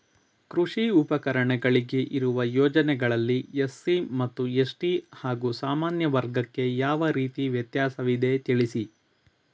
ಕೃಷಿ ಉಪಕರಣಗಳಿಗೆ ಇರುವ ಯೋಜನೆಗಳಲ್ಲಿ ಎಸ್.ಸಿ ಮತ್ತು ಎಸ್.ಟಿ ಹಾಗೂ ಸಾಮಾನ್ಯ ವರ್ಗಕ್ಕೆ ಯಾವ ರೀತಿ ವ್ಯತ್ಯಾಸವಿದೆ ತಿಳಿಸಿ?